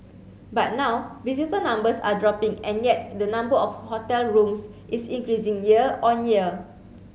but now visitor numbers are dropping and yet the number of hotel rooms is increasing year on year